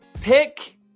Pick